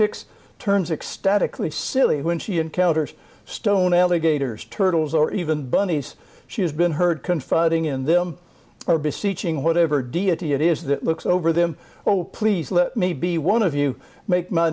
hicks turns ecstatically silly when she encounters stone alligators turtles or even bunnies she has been heard confiding in them or besieging whatever deity it is that looks over them oh please let me be one of you make m